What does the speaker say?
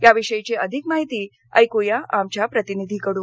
या विषयीची अधिक माहिती ऐक्या आमच्या प्रतीनिधिकडून